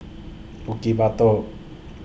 Bukit Batok